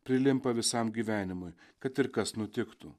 prilimpa visam gyvenimui kad ir kas nutiktų